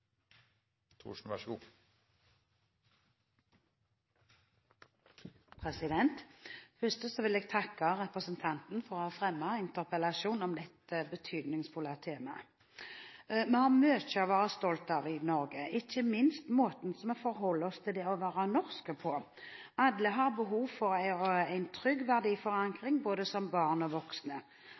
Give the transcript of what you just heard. for å ha fremmet en interpellasjon om dette betydningsfulle temaet. Vi har mye å være stolte av i Norge, ikke minst ved måten vi forholder oss til det å være norsk på. Alle har behov for en trygg verdiforankring, både som barn og